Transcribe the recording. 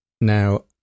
Now